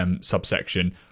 Subsection